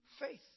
faith